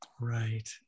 right